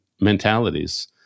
mentalities